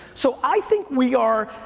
so i think we are,